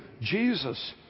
Jesus